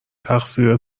تقصیر